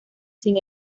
sin